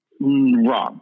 Wrong